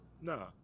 no